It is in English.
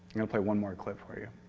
you know play one more clip for you.